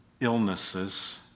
illnesses